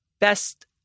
best –